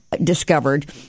discovered